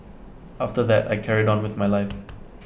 after that I carried on with my life